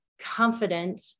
confident